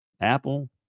Apple